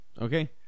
Okay